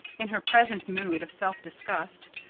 in her present mood of self-disgust,